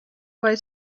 way